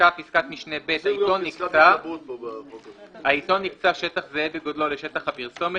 פסקת משנה (ב): "העיתון הקצה שטח זהה בגודלו לשטח הפרסומת